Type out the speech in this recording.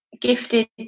gifted